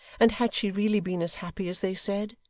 and had she really been as happy as they said?